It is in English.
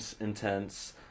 intense